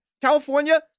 California